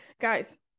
guys